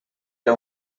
era